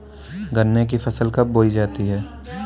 गन्ने की फसल कब बोई जाती है?